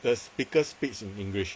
the speaker speaks in english